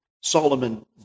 Solomon